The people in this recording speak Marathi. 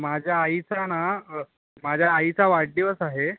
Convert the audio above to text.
माझ्या आईचा ना माझ्या आईचा वाढदिवस आहे